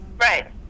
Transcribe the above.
Right